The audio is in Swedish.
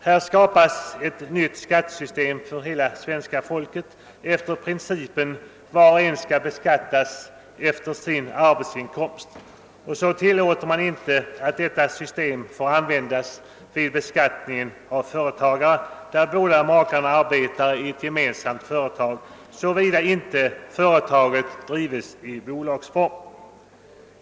Här skapas ett nytt skattesystem för hela svenska folket efter principen att var och en skall beskattas för sin egen arbetsinkomst, och så tillåter man inte att detta system får användas vid beskattning av företagare när båda makarna arbetar i ett gemensamt företag, såvida inte företaget drivs i bolagsform.